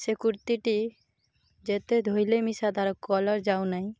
ସେ କୁର୍ତ୍ତିିଟି ଯେତେ ଧୋଇଲେ ମିଶା ତା'ର କଲର୍ ଯାଉନାହିଁ